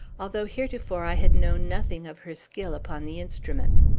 although heretofore i had known nothing of her skill upon the instrument.